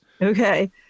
Okay